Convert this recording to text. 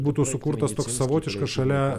būtų sukurtas toks savotiškas šalia